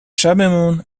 شبمون